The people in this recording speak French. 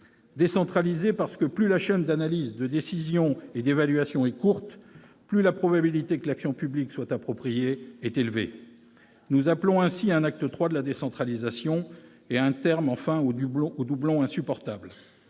Décentraliser, parce que plus la chaîne d'analyse, de décision et d'évaluation est courte, plus la probabilité que l'action publique soit appropriée est élevée. C'est vrai ! Nous appelons ainsi à un acte III de la décentralisation et à un terme, enfin, aux doublons insupportables.